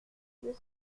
deux